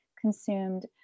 consumed